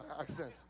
accent